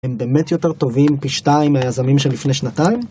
הם באמת יותר טובים פי שתיים מהיזמים של לפני שנתיים?